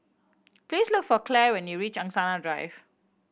please look for Claire when you reach Angsana Drive